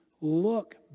look